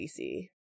DC